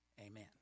Amen